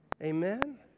Amen